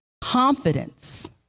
confidence